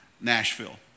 Nashville